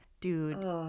Dude